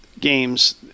games